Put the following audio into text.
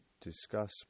discuss